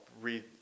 read